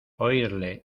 oírle